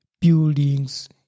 buildings